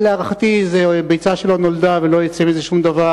להערכתי זה ביצה שלא נולדה ולא יצא מזה שום דבר.